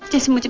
isn't